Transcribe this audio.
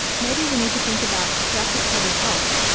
maybe we need to think about graphic public health,